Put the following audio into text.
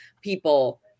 people